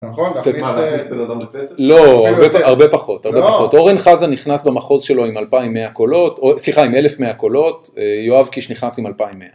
נכון? מה, להכניס את זה לאדם בטסט? לא, הרבה פחות, הרבה פחות. אורן חזה נכנס במחוז שלו עם 2,100 קולות, סליחה, עם 1,100 קולות, יואב קיש נכנס עם 2,100.